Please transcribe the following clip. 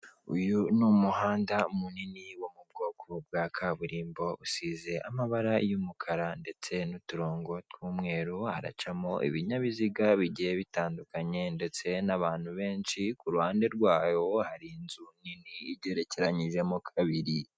Uyu ni umuhanda munini wo mu bwoko bwa kaburimbo usize amabara y'umukara ndetse n'uturongo tw'umweru. Haracamo ibinyabiziga bigiye bitandukanye ndetse n'abantu benshi, ku ruhande rwawo hari inzu nini igerekeranyijemo kabiri.